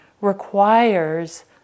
requires